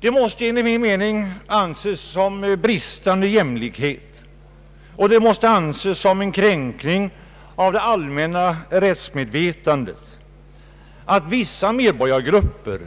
Det måste enligt min mening anses såsom bristande jämlikhet och som en kränkning av det allmänna rättsmedvetandet, att vissa medborgargrupper